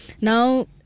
Now